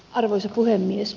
arvoisa puhemies